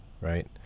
right